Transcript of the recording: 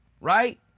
Right